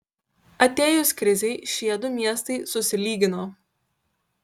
atėjus krizei šie du miestai susilygino